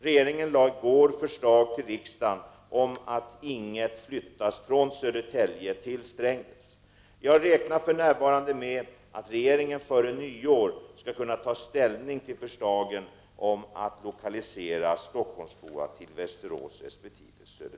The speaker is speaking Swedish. Regeringen lade i går fram ett förslag till riksdagen om att Ing 1 flyttas från Södertälje till Strängnäs. Jag räknar för närvarande med att regeringen före nyår skall kunna ta ställning till förslagen om att lokalisera Stockholms-FOA till Västerås resp. Södertälje.